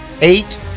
eight